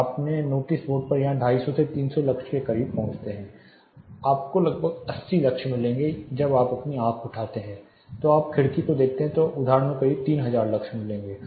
तो आप अपने नोटिस बोर्ड पर यहां 250 300 लक्स के करीब पहुंचते हैं आपको लगभग 80 लक्स मिलेंगे जब आप अपनी आंखें उठाते हैं तो आप खिड़की से देखते हैं तो आपको एक उदाहरण में करीब 3000 लक्स मिलेंगे